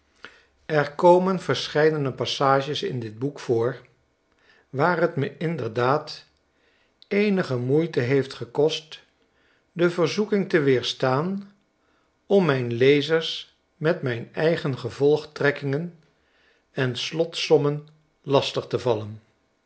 er komen verscheidene passages in dit boek voor waar t me inderdaad eenige moeite heeft gekost de verzoeking te weerstaan om mijn lezers met mijn eigen gevolgtrekkingen en slotsommen lastig te vallen